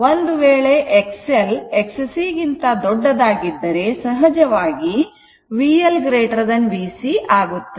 ಒಂದು ವೇಳೆ XL Xc ಗಿಂತ ದೊಡ್ಡದಾಗಿದ್ದರೆ ಸಹಜವಾಗಿ VL VC ಆಗುತ್ತದೆ